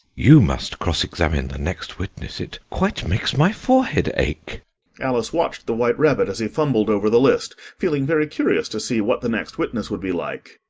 you must cross-examine the next witness. it quite makes my forehead ache alice watched the white rabbit as he fumbled over the list, feeling very curious to see what the next witness would be like,